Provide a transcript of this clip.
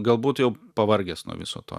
galbūt jau pavargęs nuo viso to